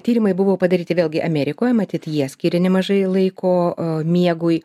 tyrimai buvo padaryti vėlgi amerikoje matyt jie skiria nemažai laiko a miegui